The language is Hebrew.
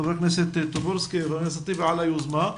חבר הכנסת טופורובסקי וחבר הכנסת טיבי, על היוזמה.